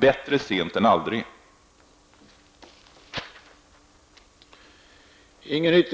Bättre sent än aldrig, kan man